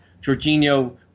Jorginho